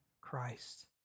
Christ